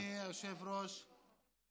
כבוד השר, אני